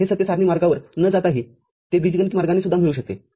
हे सत्य सारणी मार्गावर न जाताही ते बीजगणित मार्गाने सुद्धा मिळू शकते